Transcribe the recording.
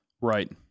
Right